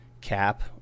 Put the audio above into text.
cap